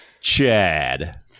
Chad